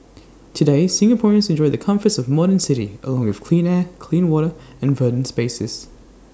today Singaporeans enjoy the comforts of A modern city along with clean air clean water and verdant spaces